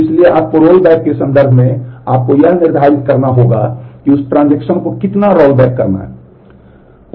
इसलिए आपको रोलबैक के संदर्भ में आपको यह निर्धारित करना होगा कि उस ट्रांजेक्शन को कितना रोलबैक करना है